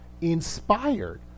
inspired